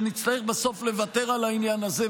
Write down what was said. שנצטרך בסוף לוותר על העניין הזה,